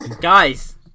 Guys